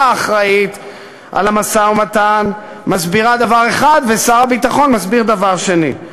האחראית למשא-ומתן מסבירה דבר אחד ושר הביטחון מסביר דבר שני.